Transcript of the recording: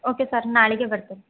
okay sir ನಾಳೆಗೆ ಬರ್ತಿನಿ